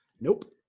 Nope